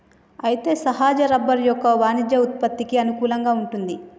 అయితే సహజ రబ్బరు యొక్క వాణిజ్య ఉత్పత్తికి అనుకూలంగా వుంటుంది